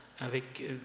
avec